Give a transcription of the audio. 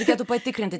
reikėtų patikrinti